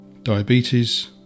diabetes